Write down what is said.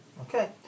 Okay